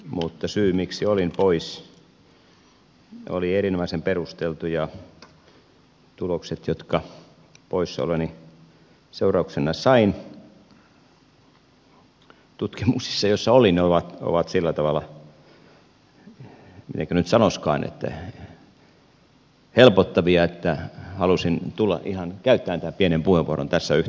mutta syy miksi olin poissa oli erinomaisen perusteltu ja tulokset jotka poissaoloni seurauksena sain tutkimuksissa joissa olin ovat sillä tavalla mitenkä nyt sanoisikaan helpottavia että halusin tulla ihan käyttämään tämän pienen puheenvuoron tässä yhteydessä